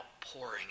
pouring